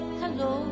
hello